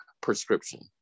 prescription